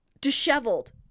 disheveled